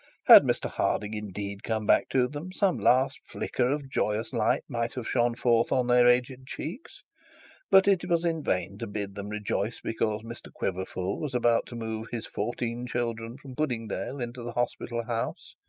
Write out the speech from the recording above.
had mr harding indeed come back to them, some last flicker of joyous light might have shone forth on their aged cheeks but it was in vain to bid them rejoice because mr quiverful was about to move his fourteen children from puddingdale into the hospital house.